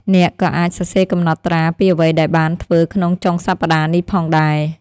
អ្នកក៏អាចសរសេរកំណត់ត្រាពីអ្វីដែលបានធ្វើក្នុងចុងសប្តាហ៍នេះផងដែរ។